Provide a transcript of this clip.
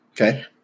Okay